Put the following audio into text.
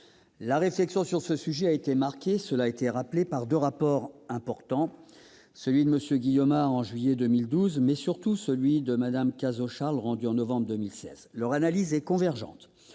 La réflexion sur ce sujet a été marquée, cela a été rappelé, par deux rapports importants : celui de M. Guyomar, en juillet 2012, mais surtout celui de Mme Cazaux-Charles, rendu en novembre 2016. Leur analyse est convergente.